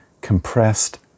compressed